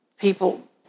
people